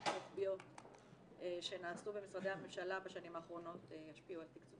הרוחביות שנעשו במשרדי הממשלה בשנים האחרונות ישפיעו על תקצוב